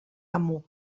amo